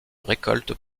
récoltes